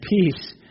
peace